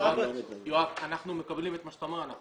אנחנו מקבלים את מה שאתה אומר.